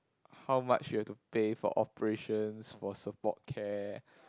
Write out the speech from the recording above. how much you have to pay for operations for support care